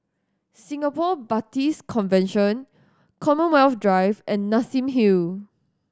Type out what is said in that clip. Singapore Baptist Convention Commonwealth Drive and Nassim Hill